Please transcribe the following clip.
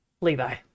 Levi